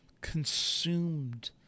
consumed